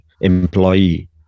employee